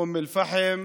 מאום אל-פחם,